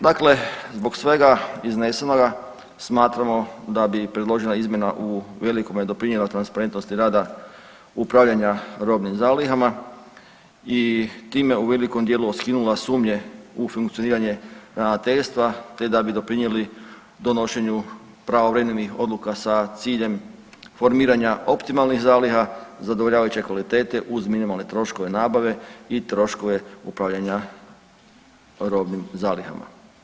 Dakle, zbog svega iznesenoga smatramo da bi predložena izmjena u velikome doprinijela transparentnosti rada upravljanja robnim zalihama i time u velikom dijelu skinula sumnje u funkcioniranje ravnateljstva te bi doprinijeli donošenju pravovremenih odluka sa ciljem formiranja optimalnih zaliha zadovoljavajuće kvalitete uz minimalne troškove nabave i troškove upravljanja robnim zalihama.